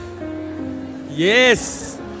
Yes